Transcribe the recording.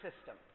system